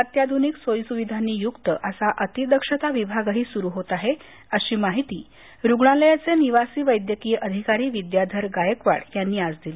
अत्याध्रनिक सोई सुविधांनीयुक्त असा अति दक्षता विभागही सुरू होत अशी माहिती रूग्णालयाचे निवासी वैद्यकीय अधिकारी विद्याधर गायकवाड यांनी दिली